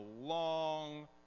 long